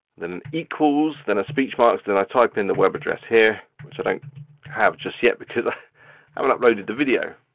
then equals, then a speech mark, then i type in the web address here. which i don't have just yet because i haven't uploaded the video.